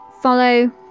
follow